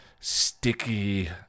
Sticky